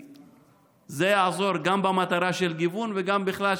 זה יעזור גם במטרה של גיוון וגם בכלל,